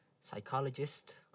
psychologist